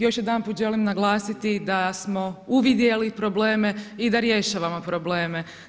Još jedanput želim naglasiti da smo uvidjeli probleme i da rješavamo probleme.